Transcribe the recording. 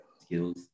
skills